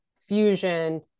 fusion